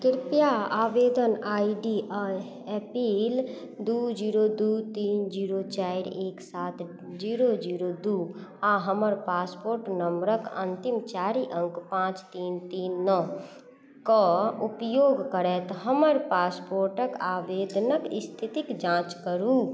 कृपया आवेदन I D A P L दुइ जीरो दुइ तीन जीरो चारि एक सात जीरो जीरो दुइ आओर हमर पासपोर्ट नम्बरके अन्तिम चारि अङ्क पाँच तीन तीन नओके उपयोग करैत हमर पासपोर्ट आवेदनके इस्थितिके जाँच करू